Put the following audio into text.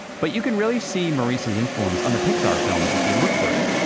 but you can really see maurice's influence on the pixar films if you look for it.